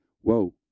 whoa